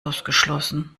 ausgeschlossen